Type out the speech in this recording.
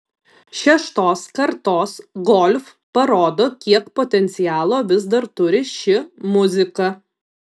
šeštos kartos golf parodo kiek potencialo vis dar turi ši muzika